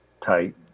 tight